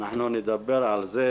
אנחנו נדבר על זה